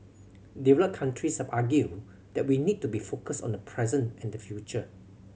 developed countries have argued that we need to be focused on the present and the future